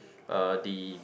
uh the